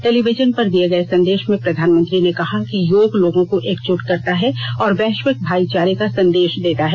television पर दिये संदेश में प्रधानमंत्री ने कहा कि योग लोगों को एकजुट करता है और वैश्विक भाइचारे का संदेश देता है